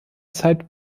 zeit